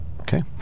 Okay